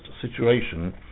situation